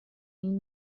این